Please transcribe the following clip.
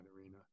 arena